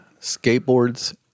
skateboards